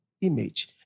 Image